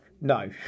No